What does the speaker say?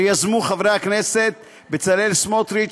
שיזמו חברי הכנסת בצלאל סמוטריץ,